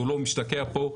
הוא לא משתקע פה,